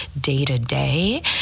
day-to-day